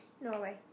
Norway